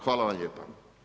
Hvala vam lijepa.